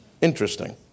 Interesting